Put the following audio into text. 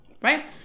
right